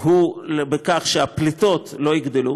הוא שהפליטות לא יגדלו.